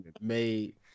made